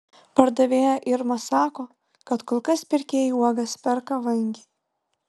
pardavėja irma sako kad kol kas pirkėjai uogas perka vangiai